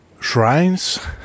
shrines